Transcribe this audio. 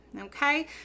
okay